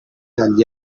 agli